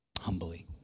Humbly